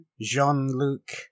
Jean-Luc